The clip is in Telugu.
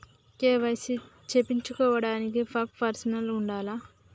కే.వై.సీ చేపిచ్చుకోవడానికి పక్కా పర్సన్ ఉండాల్నా?